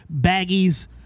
baggies